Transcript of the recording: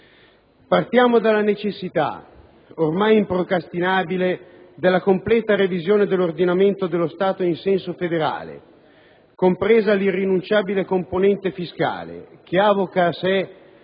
Partiamo dalla necessità, ormai improcrastinabile, della completa revisione dell'ordinamento dello Stato in senso federale, compresa l'irrinunciabile componente fiscale, che avoca a sé